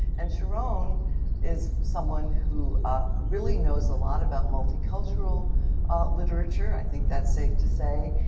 and sharone is someone who really knows a lot about multicultural literature, i think that's safe to say.